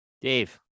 Dave